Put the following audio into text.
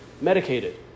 medicated